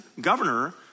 governor